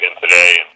today